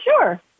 sure